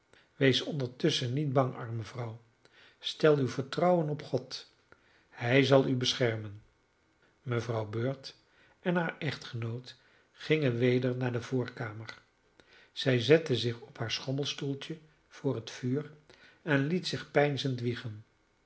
wees ondertusschen niet bang arme vrouw stel uw vertrouwen op god hij zal u beschermen mevrouw bird en haar echtgenoot gingen weder naar de voorkamer zij zette zich op haar schommelstoeltje voor het vuur en liet zich